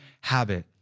habit